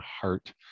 heart